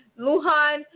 Luhan